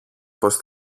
πως